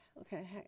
Okay